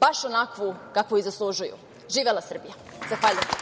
baš onakvu kakvu i zaslužuju. Živela Srbija! Zahvaljujem.